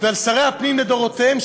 ועל שרי הפנים לדורותיהם,